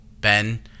Ben